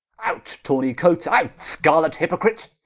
out tawney-coates, out scarlet hypocrite.